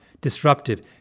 disruptive